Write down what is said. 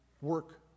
work